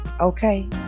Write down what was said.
okay